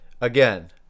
Again